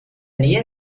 nähe